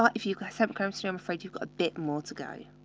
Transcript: um if you guys have chemistry, i'm afraid you've got a bit more to go.